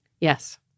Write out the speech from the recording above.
Yes